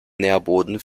nährboden